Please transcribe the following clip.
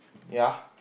ya